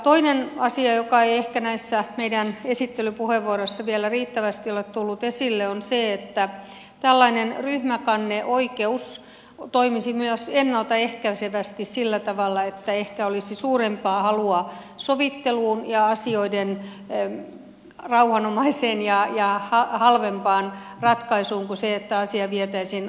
toinen asia joka ei ehkä näissä meidän esittelypuheenvuoroissa vielä riittävästi ole tullut esille on se että tällainen ryhmäkanneoikeus toimisi myös ennalta ehkäisevästi sillä tavalla että ehkä olisi suurempaa halua sovitteluun ja asioiden rauhanomaiseen ja halvempaan ratkaisuun kuin jos asia vietäisiin oikeuteen